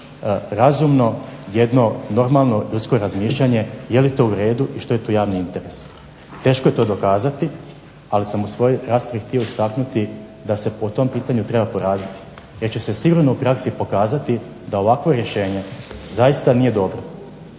razumno, jedno normalno ljudsko razmišljanje je li to u redu i što je to javni interes. Teško je to dokazati, ali sam u svojoj raspravi htio istaknuti da se po tom pitanju treba poraditi jer će se sigurno u praksi pokazati da ovakvo rješenje zaista nije dobro